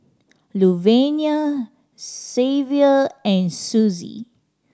Luvenia Xzavier and Sussie